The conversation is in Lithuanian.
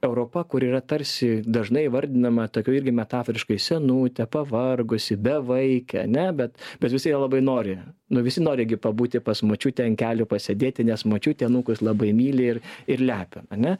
europa kur yra tarsi dažnai įvardinama tokiu irgi metaforiškai senutė pavargusi bevaikė ane bet bet visi į ją labai nori nu visi nori gi pabūti pas močiutę ant kelių pasėdėti nes močiutė anūkus labai myli ir ir lepin ane